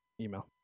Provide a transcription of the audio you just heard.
email